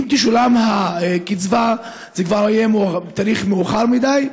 אם תשולם הקצבה זה כבר יהיה תאריך מאוחר מדי.